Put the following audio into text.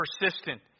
persistent